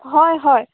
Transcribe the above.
হয় হয়